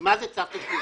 הרי מה זה צו תשלומים?